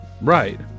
Right